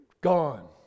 gone